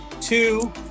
Two